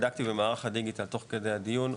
בדקתי במערך הדיגיטלי תוך כדי הדיון,